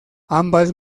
ambas